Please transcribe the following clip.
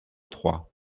trois